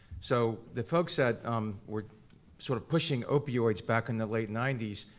so the folks that were sort of pushing opioids back in the late ninety s,